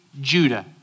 Judah